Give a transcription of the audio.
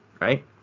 right